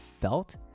felt